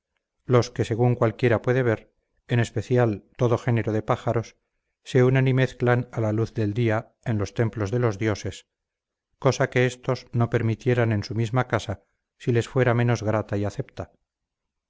los que según cualquiera puede ver en especial todo género de pájaros se unen y mezclan a la luz del día en los templos de los dioses cosa que éstos no permitieran en su misma casa si les fuera menos grata y acepta